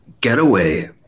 Getaway